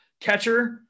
catcher